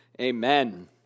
Amen